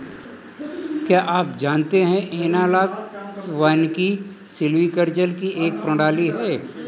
क्या आप जानते है एनालॉग वानिकी सिल्वीकल्चर की एक प्रणाली है